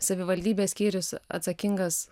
savivaldybės skyrius atsakingas